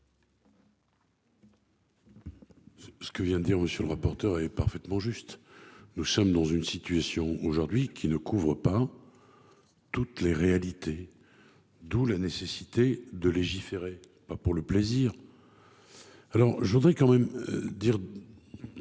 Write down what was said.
ce que vient de dire monsieur le rapporteur est parfaitement juste. Nous sommes dans une situation aujourd'hui qui ne couvre pas. Toutes les réalités. D'où la nécessité de légiférer, pas pour le plaisir. Alors je voudrais quand même dire.